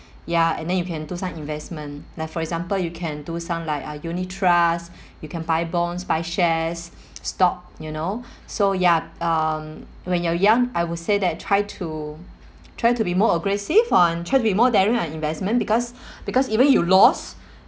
ya and then you can do some investment like for example you can do some like uh unit trust you can buy bonds buy shares stock you know so ya um when you're young I would say that try to try to be more aggressive on try to be more daring on investment because because even you lost